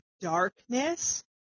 darkness